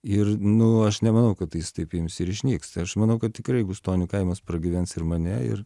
ir nu aš nemanau kad tai jis taip ims ir išnyks tai aš manau kad tikrai gustonių kaimas pragyvens ir mane ir